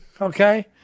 okay